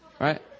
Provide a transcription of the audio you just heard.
right